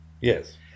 Yes